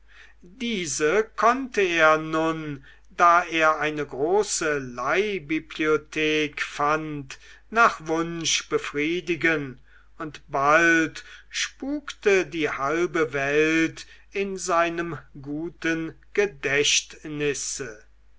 diese konnte er nun da er eine große leihbibliothek fand nach wunsch befriedigen und bald spukte die halbe welt in seinem guten gedächtnisse